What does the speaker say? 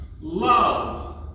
Love